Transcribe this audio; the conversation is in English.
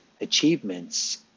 achievements